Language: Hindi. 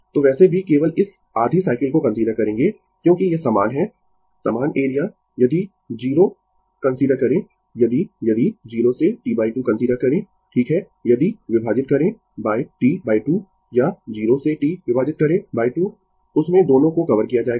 तो वैसे भी केवल इस आधी साइकिल को कंसीडर करेंगें क्योंकि ये समान है समान एरिया यदि 0 कंसीडर करें यदि यदि 0 से T 2 कंसीडर करें ठीक है यदि विभाजित करें T 2 या 0 से T विभाजित करें 2 उस में दोनों को कवर किया जाएगा